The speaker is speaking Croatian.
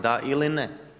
Da ili ne?